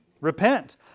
Repent